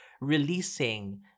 releasing